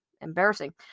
embarrassing